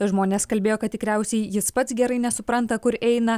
žmonės kalbėjo kad tikriausiai jis pats gerai nesupranta kur eina